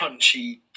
crunchy